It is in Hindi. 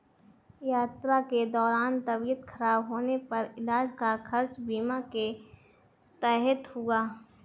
यात्रा के दौरान तबियत खराब होने पर इलाज का खर्च बीमा के तहत हुआ